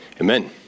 Amen